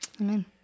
Amen